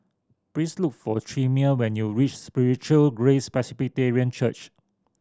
please look for Chimere when you reach Spiritual Grace Presbyterian Church